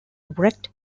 wrecked